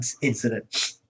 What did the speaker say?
incident